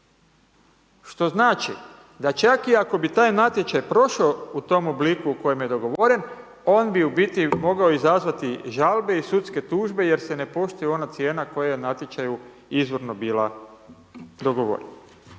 što znači da čak iako bi taj natječaj prošao u tom obliku u kojem je dogovoren, on bi u biti mogao izazvati žalbe u sudske tužbe jer se ne poštuje ona cijena koja je u natječaju izvorno bila dogovorena.